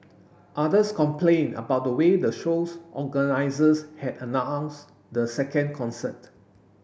others complained about the way the show's organisers had announced the second concert